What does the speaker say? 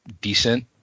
decent